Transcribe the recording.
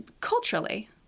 culturally